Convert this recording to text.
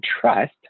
trust